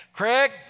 Craig